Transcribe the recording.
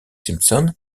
simpson